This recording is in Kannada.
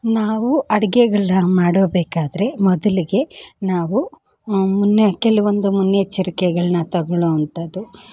ನಾವು ಅಡಿಗೆಗಳ್ನ ಮಾಡಬೇಕಾದ್ರೆ ಮೊದಲಿಗೆ ನಾವು ಮುನ್ನೆ ಕೆಲವೊಂದು ಮುನ್ನೆಚ್ಚರಿಕೆಗಳ್ನ ತಗಳೋ ಅಂಥದ್ದು